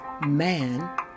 man